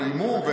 איימו,